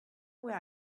where